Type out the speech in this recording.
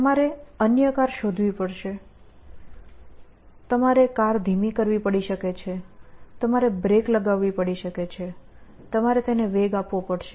તમારે અન્ય કાર શોધવી પડશે તમારે કાર ધીમી કરવી પડી શકે છે તમારે બ્રેક લગાવવી પડી શકે છે તમારે વેગ આપવો પડશે